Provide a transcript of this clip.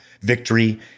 victory